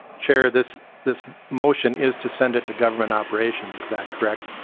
chair this this motion is to send it to government operations. is that correct?